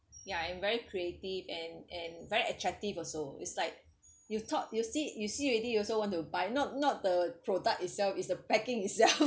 ya and very creative and and very attractive also is like you thought you see you see already you also want to buy not not the product itself is the packing itself